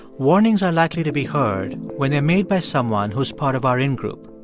warnings are likely to be heard when they're made by someone who's part of our in-group,